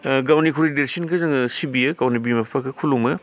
ओ गावनिख्रुइ देरसिनखो जोङो सिबियो गावनि बिमा बिफाखो खुलुमो